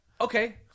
okay